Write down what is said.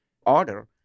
order